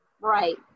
Right